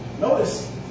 notice